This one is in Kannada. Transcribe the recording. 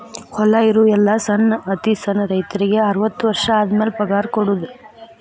ಹೊಲಾ ಇರು ಎಲ್ಲಾ ಸಣ್ಣ ಅತಿ ಸಣ್ಣ ರೈತರಿಗೆ ಅರ್ವತ್ತು ವರ್ಷ ಆದಮ್ಯಾಲ ಪಗಾರ ಕೊಡುದ